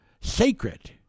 sacred